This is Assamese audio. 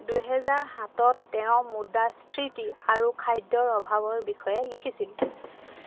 দুহেজাৰ সাতত তেওঁ মুদ্ৰাস্ফ্ৰিতি আৰু খাদ্যৰ অভাৱৰ বিষয়ে লিখিছিল